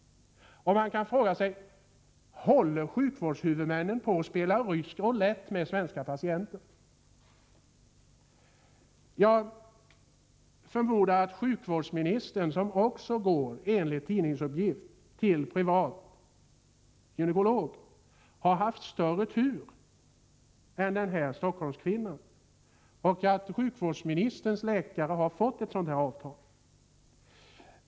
Man kan fråga sig: Håller sjukvårdshuvudmännen på att spela rysk roulett med svenska patienter? Jag förmodar att sjukvårdsministern, som enligt tidningsuppgifter också går till privat gynekolog, har haft större tur än den här Stockholmskvinnan och att sjukvårdsministerns läkare har fått ett sådant här avtal.